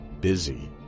busy